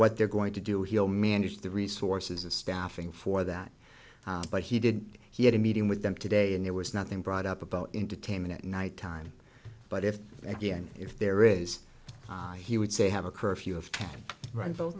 what they're going to do he'll manage the resources of staffing for that but he did he had a meeting with them today and there was nothing brought up about entertainment at night time but if again if there is he would say have a curfew of r